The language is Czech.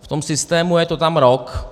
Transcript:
V tom systému je to tam rok.